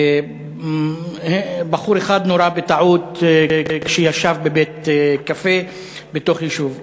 בחור אחד נורה בטעות כשישב בבית-קפה בתוך יישוב.